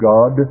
God